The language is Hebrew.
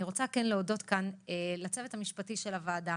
אני רוצה להודות כאן לצוות המשפטי של הוועדה,